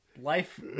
Life